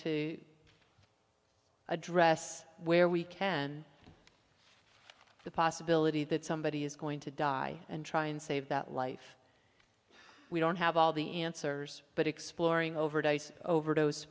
to address where we can the possibility that somebody is going to die and try and save that life we don't have all the answers but exploring overdyes overdose